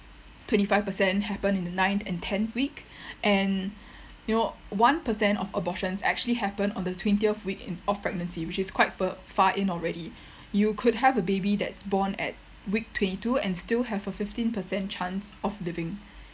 twenty five percent happen in the ninth and tenth week and you know one percent of abortions actually happen on the twentieth week in of pregnancy which is quite fur~ far in already you could have a baby that's born at week twenty two and still have a fifteen percent chance of living